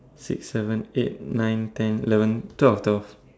six seven eight nine ten eleven twelve twelve